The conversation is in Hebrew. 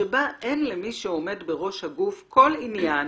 שבה אין למי שעומד בראש הגוף כל עניין